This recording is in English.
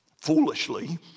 foolishly